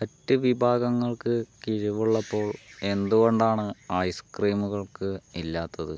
മറ്റ് വിഭാഗങ്ങൾക്ക് കിഴിവുള്ളപ്പോൾ എന്തുകൊണ്ടാണ് ഐസ്ക്രീമുകൾക്ക് ഇല്ലാത്തത്